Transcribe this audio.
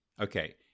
okay